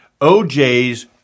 OJ's